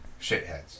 shitheads